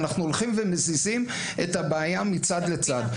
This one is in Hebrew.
אנחנו הולכים ומזיזים את הבעיה מצד לצד.